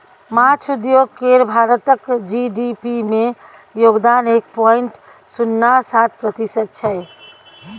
माछ उद्योग केर भारतक जी.डी.पी मे योगदान एक पॉइंट शुन्ना सात प्रतिशत छै